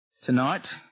tonight